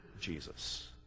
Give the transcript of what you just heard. Jesus